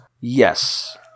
yes